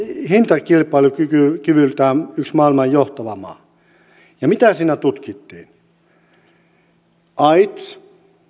hintakilpailukyvyltään yksi maailman johtava maa ja mitä siinä tutkittiin aids